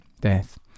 death